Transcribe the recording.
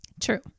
True